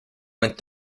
went